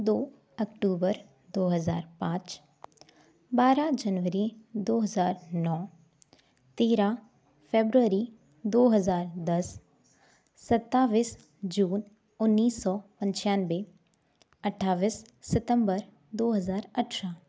दो अक्टूबर दो हज़ार पाँच बारह जनवरी दो हज़ार नौ तेरह फरवरी दो हज़ार दस सत्ताईस जून उन्नीस सौ पंचानवे अट्ठाईस सितम्बर दो हज़ार अट्ठरह